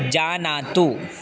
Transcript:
जानातु